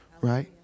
right